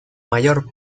mayor